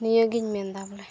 ᱱᱤᱭᱟᱹᱜᱤᱧ ᱢᱮᱱᱫᱟ ᱵᱚᱞᱮ